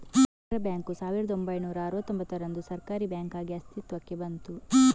Canara bank ಸಾವಿರದ ಒಂಬೈನೂರ ಅರುವತ್ತೂಂಭತ್ತರಂದು ಸರ್ಕಾರೀ ಬ್ಯಾಂಕಾಗಿ ಅಸ್ತಿತ್ವಕ್ಕೆ ಬಂತು